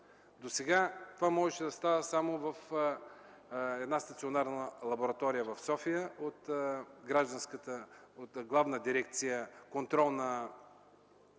Досега това можеше да става само в една стационарна лаборатория в София от Главна дирекция „Контрол на